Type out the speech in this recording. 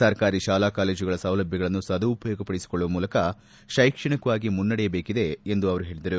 ಸರ್ಕಾರಿ ಶಾಲಾ ಕಾಲೇಜುಗಳ ಸೌಲಭ್ಯಗಳನ್ನು ಸದುಪಯೋಗಪಡಿಸಿಕೊಳ್ಳುವ ಮೂಲಕ ಶೈಕ್ಷಣಿಕವಾಗಿ ಮುನ್ನಡೆಯಬೇಕಿದೆ ಎಂದು ಅವರು ಹೇಳಿದರು